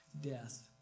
death